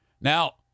Now